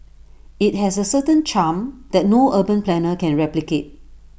IT has A certain charm that no urban planner can replicate